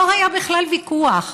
לא היה בכלל ויכוח,